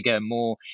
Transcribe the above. more